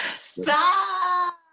Stop